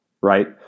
right